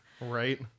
Right